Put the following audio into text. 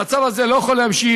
המצב הזה לא יכול להימשך.